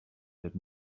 that